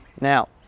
Now